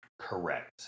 Correct